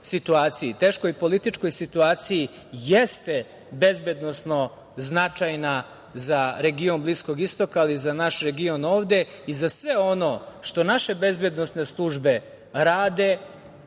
teškoj političkoj situaciji, jeste bezbednosno značajna za region Bliskog Istoka, ali i za naš region ovde i za sve ono što naše bezbednosne službe rade